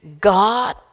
God